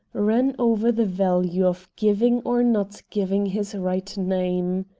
ran over the value of giving or not giving his right name.